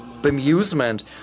Amusement